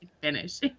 finish